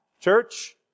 Church